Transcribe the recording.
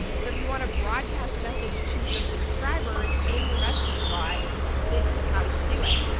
so if you want to broadcast a message to your subscribers in your messenger bot this is how you do it.